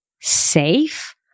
safe